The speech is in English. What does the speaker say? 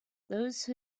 those